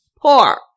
poor